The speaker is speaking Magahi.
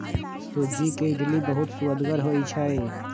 सूज्ज़ी के इडली बहुत सुअदगर होइ छइ